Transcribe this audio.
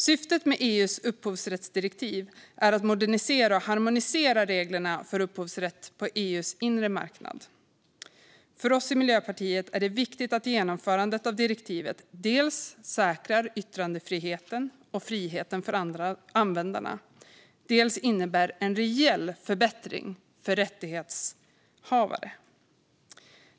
Syftet med EU:s nya upphovsrättsdirektiv är att modernisera och harmonisera reglerna för upphovsrätt på EU:s inre marknad. För oss i Miljöpartiet är det viktigt att genomförandet av direktivet dels säkrar yttrandefriheten och friheten för användarna, dels innebär en reell förbättring för rättighetshavare.